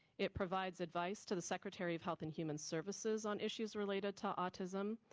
it provides advice to the secretary of health and human services on issues related to autism.